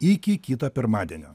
iki kito pirmadienio